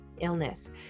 illness